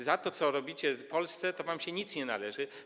Za to, co robicie w Polsce, to wam się nic nie należy.